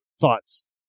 Thoughts